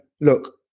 Look